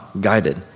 guided